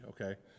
okay